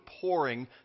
pouring